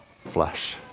flesh